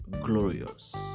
glorious